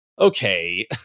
Okay